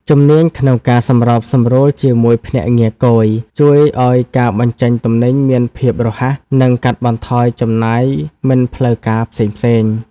ជំនាញក្នុងការសម្របសម្រួលជាមួយភ្នាក់ងារគយ ជួយឱ្យការបញ្ចេញទំនិញមានភាពរហ័ស និងកាត់បន្ថយចំណាយមិនផ្លូវការផ្សេងៗ។